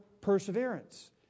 perseverance